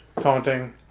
Taunting